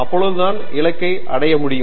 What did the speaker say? அப்பொழுதுதான் இலக்கை அடைய முடியும்